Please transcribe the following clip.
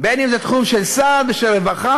בין שזה תחום של סעד ושל רווחה,